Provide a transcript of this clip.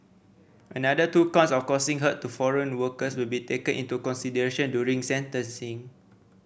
another two counts of causing hurt to foreign workers will be taken into consideration during sentencing